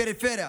הפריפריה,